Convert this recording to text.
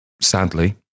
sadly